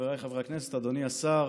חבריי חברי הכנסת, אדוני השר,